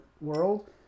world